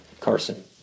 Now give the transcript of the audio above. Carson